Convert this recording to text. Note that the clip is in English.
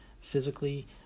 physically